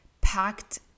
packed